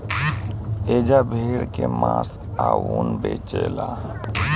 एजा भेड़ के मांस आ ऊन बेचाला